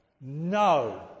No